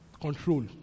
control